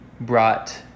brought